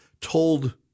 told